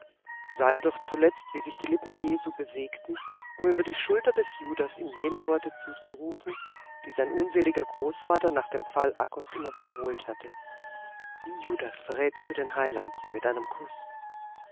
sah er doch zuletzt wie sich die lippen jesu bewegten um über die schulter des judas ihm jene worte zuzurufen die sein unseliger großvater nach dem fall akkas immer wiederholt hatte wie judas verrätst du deinen heiland mit einem kuß